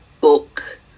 book